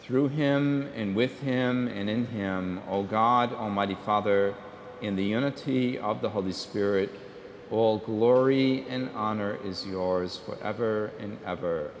through him and with him and in him all god almighty father in the unity of the holy spirit all glory and honor is yours for ever and ever